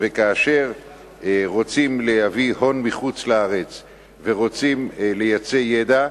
וכאשר רוצים להביא הון מחוץ-לארץ ורוצים לייצא ידע,